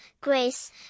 grace